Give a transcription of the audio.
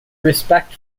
respect